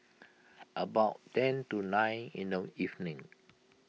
about ten to nine in the evening